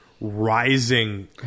rising